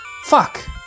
Fuck